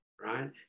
right